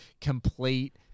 complete